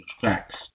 facts